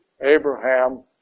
Abraham